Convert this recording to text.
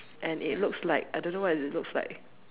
and it looks like I don't know what it looks like